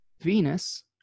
venus